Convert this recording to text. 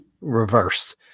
reversed